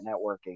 networking